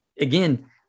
again